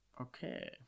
Okay